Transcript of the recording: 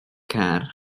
car